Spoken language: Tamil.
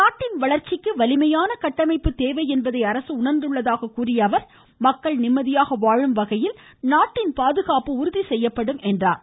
நாட்டின் வளர்ச்சிக்கு வலிமையான கட்டமைப்பு தேவை என்பதை அரசு உணா்ந்துள்ளதாக கூறிய அவர் மக்கள் நிம்மதியாக வாழும் வகையில் நாட்டின் பாதுகாப்பு உறுதி செய்யப்படும் என்று கூறினார்